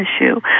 issue